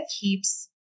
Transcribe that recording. keeps